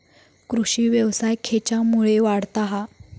कृषीव्यवसाय खेच्यामुळे वाढता हा?